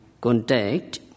contact